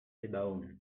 sebaoun